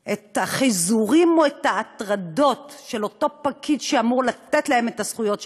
את החיזורים או ההטרדות של אותו פקיד שאמור לתת להן את הזכויות שלהן,